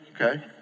okay